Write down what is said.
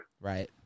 Right